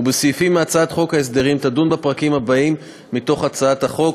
ובסעיפים מהצעת חוק ההסדרים תדון בפרקים שלהלן מהצעת החוק,